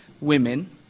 women